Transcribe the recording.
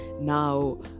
now